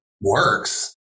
works